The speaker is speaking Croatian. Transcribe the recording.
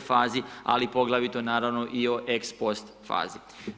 fazi, ali poglavito naravno i o ex post fazi.